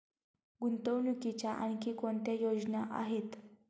गुंतवणुकीच्या आणखी कोणत्या योजना आहेत?